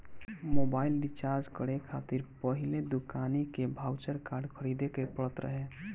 mobile recharge करे खातिर पहिले दुकानी के बाउचर कार्ड खरीदे के पड़त रहे